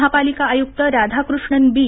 महापालिका आयुक्त राधाकृष्णन बी